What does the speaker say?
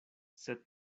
sed